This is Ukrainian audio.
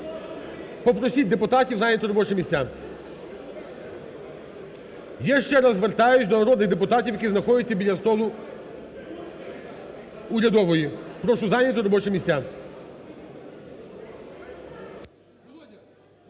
попросіть депутатів зайняти робочі місця. Я ще раз звертаюсь до народних депутатів, які знаходяться біля столу урядової, прошу зайняти робочі місця.